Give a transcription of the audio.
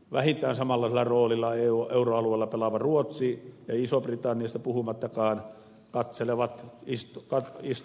nyt vähintään samanlaisella roolilla euroalueella pelaava ruotsi isosta britanniasta puhumattakaan